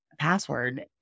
password